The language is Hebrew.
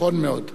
נכון מאוד.